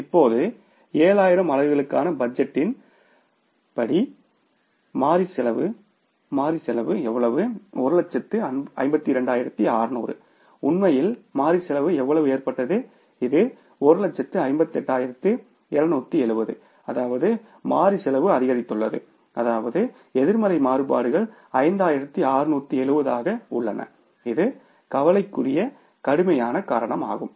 இப்போது 7000 அலகுகளுக்கான பட்ஜெட்டின் படி மாறி செலவு மாறி செலவு எவ்வளவு 152600 உண்மையில் மாறி செலவு எவ்வளவு ஏற்பட்டது இது 158270 அதாவது மாறி செலவு அதிகரித்துள்ளது அதாவது எதிர்மறை மாறுபாடுகள் 5670ஆக உள்ளன இது கவலைக்குரிய கடுமையான காரணமாகும்